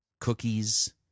cookies